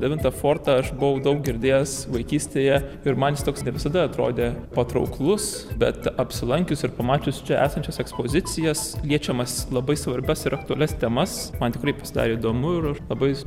devintą fortą aš buvau daug girdėjęs vaikystėje ir man jis toks ne visada atrodė patrauklus bet apsilankius ir pamačius čia esančias ekspozicijas liečiamas labai svarbias ir aktualias temas man tikrai pasidarė įdomu ir aš labai